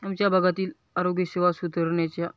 आमच्या भागातील आरोग्य सेवा सुधरण्याच्या